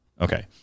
okay